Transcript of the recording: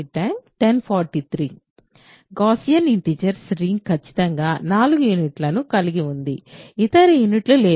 Gaussian integers ring ఖచ్చితంగా 4 యూనిట్లను కలిగి ఉంది ఇతర యూనిట్లు లేవు